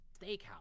steakhouse